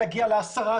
תגיע ל-10,